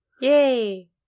Yay